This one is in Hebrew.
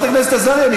חברת הכנסת עזריה,